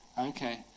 Okay